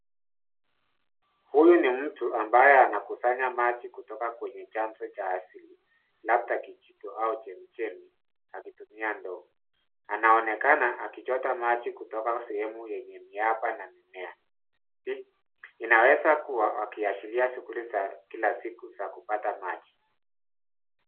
Huyu ni mtu ambaye anakusanya maji kutoka kwenye chanzo cha asili labda kijito au chemichemi akitumia ndoo anaonekana akichota maji kutoka sehemu yenye miapa na mimea inaweza kua wakiashiria shughuli za kila siku za kupata maji.